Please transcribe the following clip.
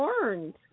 learned